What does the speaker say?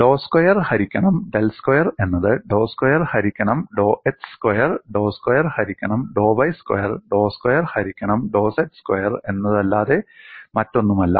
ഡോ square ഹരിക്കണം del square എന്നത് ഡോ സ്ക്വയർ ഹരിക്കണം ഡോ x സ്ക്വയർ ഡോ സ്ക്വയർ ഹരിക്കണം ഡോ y സ്ക്വയർ ഡോ സ്ക്വയർ ഹരിക്കണം ഡോ z സ്ക്വയർ എന്നല്ലാതെ മറ്റൊന്നുമല്ല